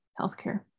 healthcare